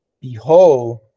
Behold